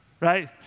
right